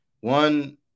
one